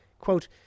Quote